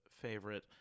favorite